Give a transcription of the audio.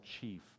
chief